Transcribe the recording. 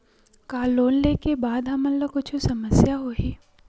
का लोन ले के बाद हमन ला कुछु समस्या होही?